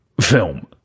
film